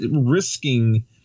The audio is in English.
risking